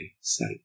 sight